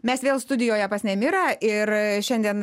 mes vėl studijoje pas nemirą ir šiandien